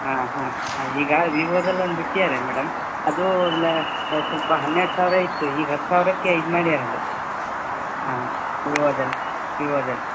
ಹಾಂ ಹಾಂ ಈಗ ವಿವೊದಲ್ಲೊಂದು ಬಿಟ್ಟಿದ್ದಾರೆ ಮೇಡಮ್ ಅದು ಲ್ಯಾ ಸ್ವಲ್ಪ ಹನ್ನೆರಡು ಸಾವಿರ ಇತ್ತು ಈಗ ಹತ್ತು ಸಾವಿರಕ್ಕೆ ಇದು ಮಾಡಿದ್ದಾರದು ಹಾಂ ವಿವೊದಲ್ಲಿ ವಿವೊದಲ್ಲಿ